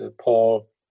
Paul